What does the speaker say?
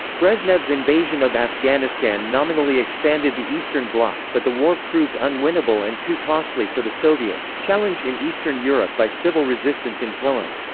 brezhnev's invasion of afghanistan nominally expanded the eastern bloc, but the war proved unwinnable and too costly for the soviets, challenged in eastern europe by civil resistance in poland.